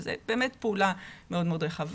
שזה באמת פעולה מאוד רחבה.